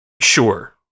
Sure